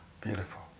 Beautiful